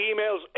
emails